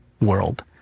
world